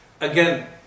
Again